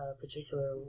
particular